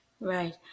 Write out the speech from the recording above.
Right